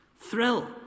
thrill